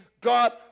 God